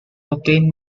obtain